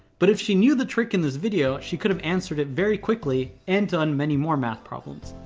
but if she knew the trick in this video, she could have answered it very quickly and done many more math problems.